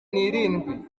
n’irindwi